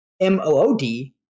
M-O-O-D